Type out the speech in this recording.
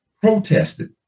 protested